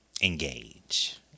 engage